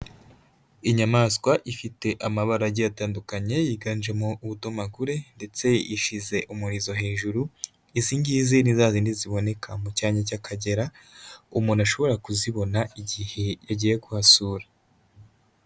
Inyamaswa ifite amabara agiye atandukanye yiganjemo ubudomagure, ndetse ishyize umurizo hejuru, izi ngizi ni zazindi ziboneka mu cyanya cy'Akagera, umuntu ashobora kuzibona igihe yagiye kuhasura.